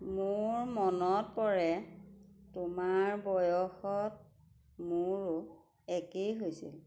মোৰ মনত পৰে তোমাৰ বয়সত মোৰো একেই হৈছিল